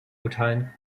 urteilen